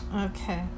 Okay